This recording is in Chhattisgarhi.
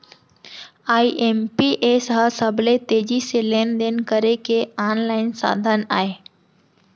आई.एम.पी.एस ह सबले तेजी से लेन देन करे के आनलाइन साधन अय